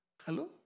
Hello